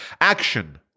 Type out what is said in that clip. action